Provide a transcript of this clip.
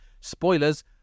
spoilers